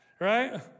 right